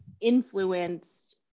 influenced